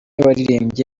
waririmbye